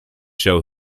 show